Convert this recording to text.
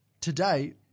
Today